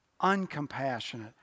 uncompassionate